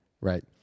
Right